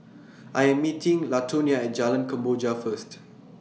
I Am meeting Latonia At Jalan Kemboja First